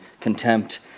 contempt